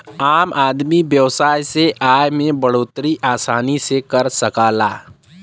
आम आदमी व्यवसाय से आय में बढ़ोतरी आसानी से कर सकला